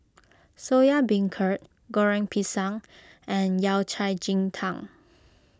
Soya Beancurd Goreng Pisang and Yao Cai Ji Tang